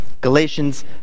Galatians